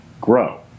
grow